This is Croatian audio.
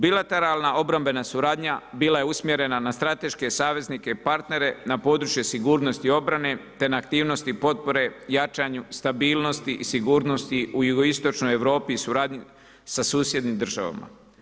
Bilateralna obrambena suradnja bila je usmjerena na strateške saveznike i partnere na području sigurnosti i obrane te na aktivnosti potpore, jačanju stabilnosti i sigurnosti u Jugoistočnoj Europi i suradnji sa susjednim državama.